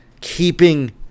keeping